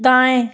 दाएँ